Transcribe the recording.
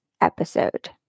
episode